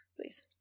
Please